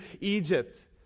Egypt